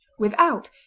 without,